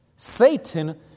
Satan